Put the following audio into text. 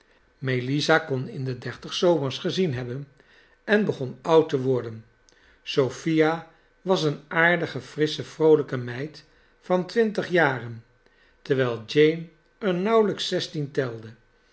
melissa kon in de dertig zomers gezien hebben en begon oud te worden sophia was een aardige frissche vroolijke meid van twintig jaren terwijl jane er nauwelijks zestien telde